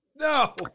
No